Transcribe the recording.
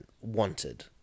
wanted